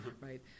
Right